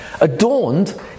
adorned